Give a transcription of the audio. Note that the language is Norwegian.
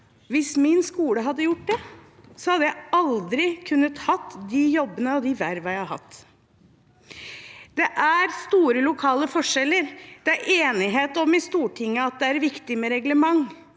Hvis min skole hadde gjort det, hadde jeg aldri kunnet hatt de jobbene og de vervene jeg har hatt. Det er store lokale forskjeller. Det er enighet i Stortinget om at det er viktig med reglementer,